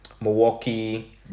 Milwaukee